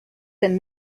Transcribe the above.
and